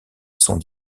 sont